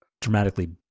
dramatically